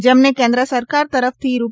જેમને કેન્દ્ર સરકાર તરફથી રૂ